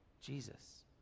Jesus